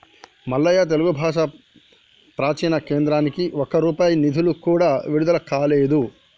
మల్లయ్య తెలుగు భాష ప్రాచీన కేంద్రానికి ఒక్క రూపాయి నిధులు కూడా విడుదల కాలేదు